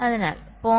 അതിനാൽ 0